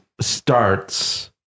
starts